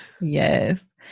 Yes